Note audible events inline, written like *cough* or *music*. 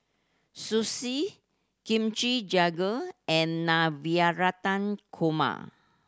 Sushi Kimchi Jjigae and *unintelligible* Korma